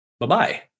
Bye-bye